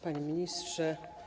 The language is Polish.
Panie Ministrze!